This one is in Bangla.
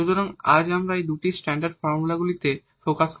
সুতরাং আজ আমরা এই দুটি স্ট্যান্ডার্ড ফর্মগুলিতে ফোকাস করব